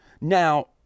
Now